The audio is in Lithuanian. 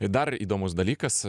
ir dar įdomus dalykas